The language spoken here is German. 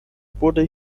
wurde